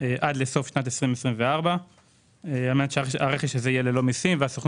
עד לסוף שנת 2024. הרכש הזה יהיה ללא מסים והסוכנות